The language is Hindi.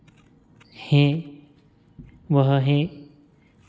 हैं वह हैं